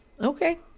Okay